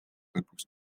lõpuks